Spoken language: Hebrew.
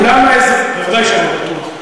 אולם, אתה בטוח, ודאי שאני בטוח.